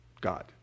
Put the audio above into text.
God